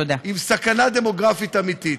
עם סכנה דמוגרפית אמיתית.